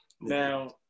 Now